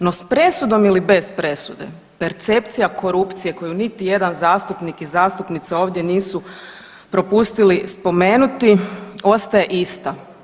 No, s presudom ili bez presude percepcija korupcije koju niti jedan zastupnik i zastupnica ovdje nisu propustili spomenuti ostaje ista.